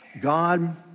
God